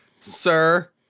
sir